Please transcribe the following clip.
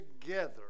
together